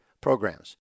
programs